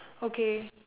okay